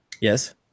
Yes